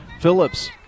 Phillips